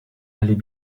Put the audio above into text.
allait